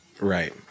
Right